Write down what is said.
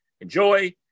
enjoy